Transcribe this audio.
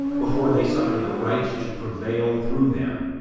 before they suffer the right to prevail through them.